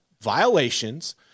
violations